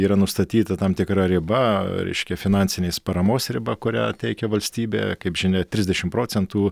yra nustatyta tam tikra riba reiškia finansinės paramos riba kurią teikia valstybė kaip žinia trisdešim procentų